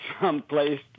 someplace